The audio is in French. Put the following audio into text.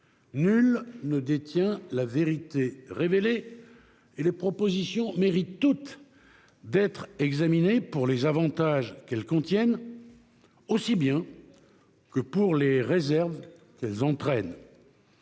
Nul ne détient la vérité révélée et les propositions méritent toutes d'être examinées pour les avantages qu'elles contiennent, aussi bien que pour les réserves qu'elles entraînent.